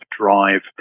drive